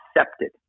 accepted